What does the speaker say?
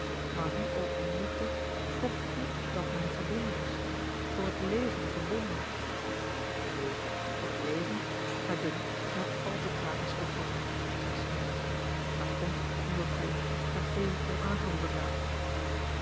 maar hoe ook ontnuchterd toch voelt dat men verbonden is voor het leven verbonden nu voor het leven mij dunkt gij hebt al te tragische opvattingen zei smilders dat komt omdat gij uw pousse café onaangeroerd laat